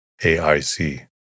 AIC